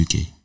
UK